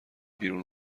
بیرون